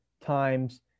times